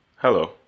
hello